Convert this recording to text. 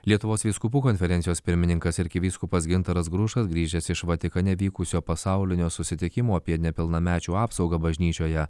lietuvos vyskupų konferencijos pirmininkas arkivyskupas gintaras grušas grįžęs iš vatikane vykusio pasaulinio susitikimo apie nepilnamečių apsaugą bažnyčioje